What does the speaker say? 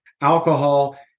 alcohol